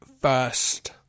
First